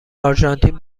آرژانتین